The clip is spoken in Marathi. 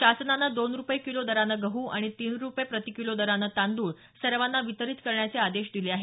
शासनाने दोन रूपये किलो दराने गहू आणि तीन रुपये प्रति किलो दराने तांदूळ सर्वांना वितरीत करण्याचे आदेश दिले आहेत